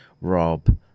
rob